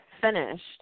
finished